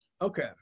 Okay